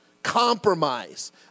compromise